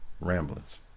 Ramblings